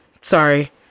sorry